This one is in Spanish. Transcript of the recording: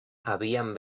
habían